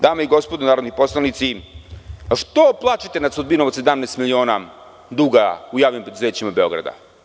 Dame i gospodo narodni poslanici, što plačete nad sudbinom od 17 miliona duga u javnim preduzećima Beograda?